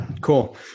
cool